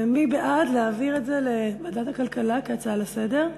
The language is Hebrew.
מי בעד להעביר את זה לוועדת הכלכלה כהצעה לסדר-היום?